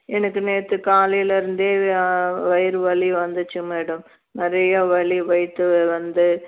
எனக்கு நேற்று காலையில் இருந்தே வயிறு வலி வந்துச்சு மேடம் நிறையா வலி வயிற்றை வந்து